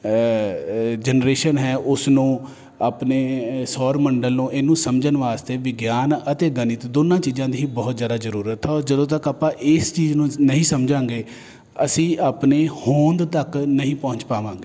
generation ਹੈ ਉਸ ਨੂੰ ਆਪਣੇ ਸੌਰ ਮੰਡਲ ਨੂੰ ਇਹਨੂੰ ਸਮਝਣ ਵਾਸਤੇ ਵੀ ਗਿਆਨ ਅਤੇ ਗਣਿਤ ਦੋਨਾਂ ਚੀਜ਼ਾਂ ਦੀ ਬਹੁਤ ਜ਼ਿਆਦਾ ਜ਼ਰੂਰਤ ਆ ਜਦੋਂ ਤੱਕ ਆਪਾਂ ਇਸ ਚੀਜ਼ ਨੂੰ ਨਹੀਂ ਸਮਝਾਂਗੇ ਅਸੀਂ ਆਪਣੀ ਹੋਂਦ ਤੱਕ ਨਹੀਂ ਪੁਹੰਚ ਪਾਵਾਂਗੇ